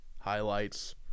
highlights